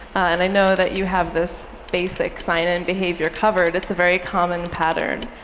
and i know that you have this basic sign-in behavior covered. it's a very common pattern.